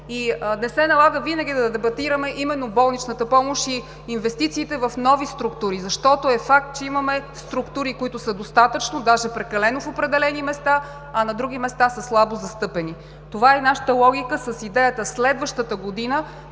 Не се налага винаги да дебатираме именно болничната помощ и инвестициите в нови структури, защото е факт, че имаме структури, които са достатъчно, даже прекалено в определени места, а на други места са слабо застъпени. Това е нашата логика с идеята следващата година